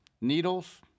needles